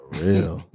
real